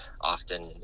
often